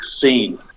scene